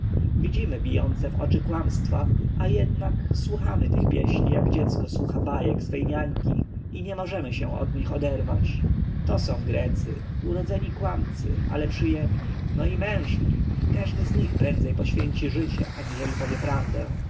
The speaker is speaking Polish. widzimy bijące w oczy kłamstwa a jednak słuchamy tych pieśni jak dziecko słucha bajek swej niańki i nie możemy się od nich oderwać to są grecy urodzeni kłamcy ale przyjemni no i mężni każdy z nich prędzej poświęci życie aniżeli powie prawdę